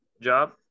job